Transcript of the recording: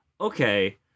okay